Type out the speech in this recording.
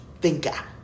thinker